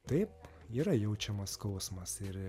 taip yra jaučiamas skausmas ir